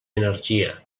energia